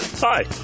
Hi